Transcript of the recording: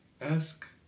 ask